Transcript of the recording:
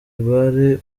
rwari